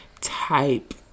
type